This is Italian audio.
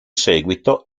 seguito